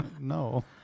No